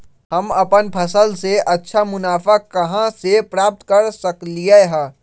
हम अपन फसल से अच्छा मुनाफा कहाँ से प्राप्त कर सकलियै ह?